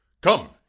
Come